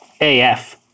AF